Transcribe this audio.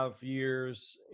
years